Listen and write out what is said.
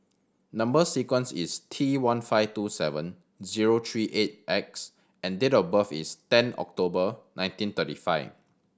number sequence is T one five two seven zero three eight X and date of birth is ten October nineteen thirty five